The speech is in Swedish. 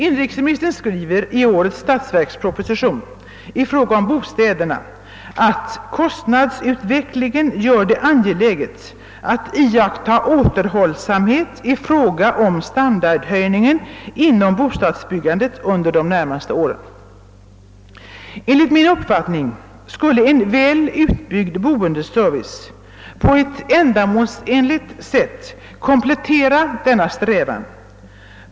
Inrikesministern skriver i årets statsverksproposition i fråga om bostäderna: »Kostnadsutvecklingen gör det angeläget att iaktta återhållsamhet i fråga om standardhöjningen inom bostadsbyggandet under de närmaste åren.» Enligt min uppfattning skulle en väl utbyggd boendeservice på ett ändamålsenligt sätt komplettera denna strävan.